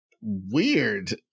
weird